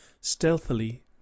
stealthily